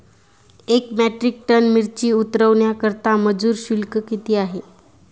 एक metric tonne मिरची उतरवण्याकरता मजूर शुल्क किती आहे?